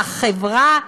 והחברה,